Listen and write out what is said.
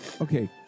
Okay